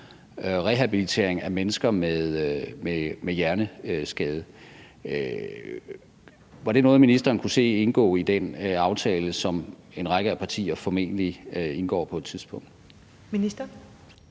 rehabilitering af mennesker med hjerneskade. Var det noget, ministeren kunne se indgå i den aftale, som en række af partier formentlig indgår på et tidspunkt? Kl.